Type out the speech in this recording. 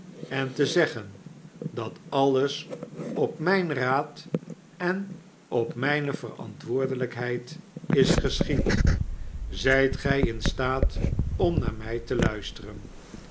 en te zeggen dat alles op myn raad en op myne verantwoordelijkheid is geschied zijt gij in staat om naar mij te luisteren